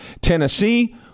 Tennessee